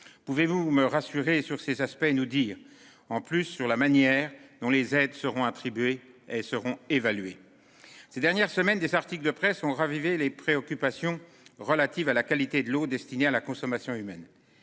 Pouvez-vous me rassurer sur ces aspects et nous dire en plus sur la manière dont les aides seront attribués et seront évalués. Ces dernières semaines des articles de presse ont ravivé les préoccupations relatives à la qualité de l'eau destinée à la consommation humaine.